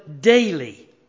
daily